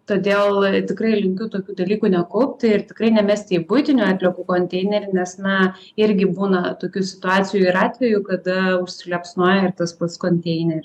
todėl tikrai linkiu tokių dalykų nekaupti ir tikrai nemesti į buitinių atliekų konteinerį nes na irgi būna tokių situacijų ir atvejų kada užsiliepsnoja ir tas pats konteineris